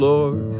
Lord